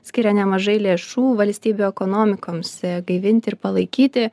skiria nemažai lėšų valstybių ekonomikoms gaivinti ir palaikyti